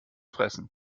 fressen